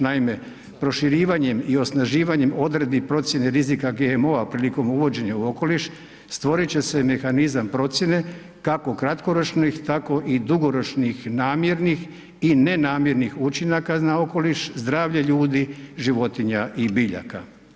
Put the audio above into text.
Naime, proširivanjem i osnaživanjem odredbi procjene rizika GMO-a prilikom uvođenja u okoliš stvorit će se mehanizam procjene kako kratkoročnih tako i dugoročnih namjernih i nenamjernih učinaka na okoliš, zdravlje ljudi, životinja i biljaka.